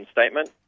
statement